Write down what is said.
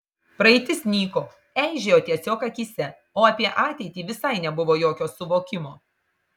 praeitis nyko eižėjo tiesiog akyse o apie ateitį visai nebuvo jokio suvokimo